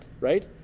right